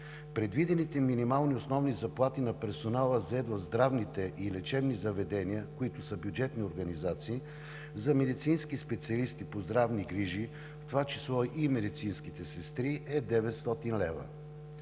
Предвидените минимални основни заплати на персонала, зает в здравните и лечебните заведения, които са бюджетни организации, за медицински специалисти по здравни грижи, в това число и медицинските сестри, са 900 лв.